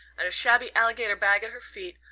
and a shabby alligator bag at her feet,